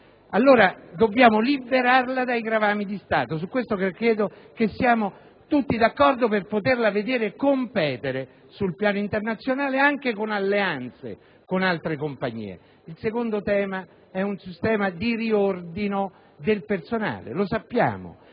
allora dobbiamo liberarla dai gravami di Stato - su questo ritengo che siamo tutti d'accordo - per poterla vedere competere sul piano internazionale anche attraverso alleanze con altre compagnie. Il secondo tema concerne un sistema di riordino del personale. Sappiamo